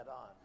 on